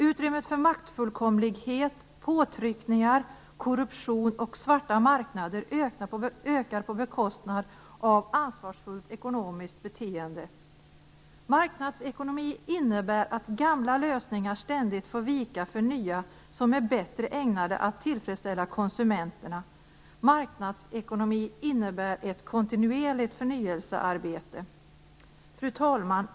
Utrymmet för maktfullkomlighet, påtryckningar, korruption och 'svarta' marknader ökar på bekostnad av ansvarsfullt ekonomiskt beteende. Marknadsekonomi innebär att gamla lösningar ständigt får vika för nya, som är bättre ägnade att tillfredsställa konsumenterna. Marknadsekonomi innebär ett kontinuerligt förnyelsearbete." Fru talman!